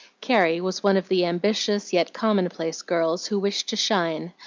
carrie was one of the ambitious yet commonplace girls who wish to shine,